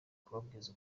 kubabwiza